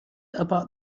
about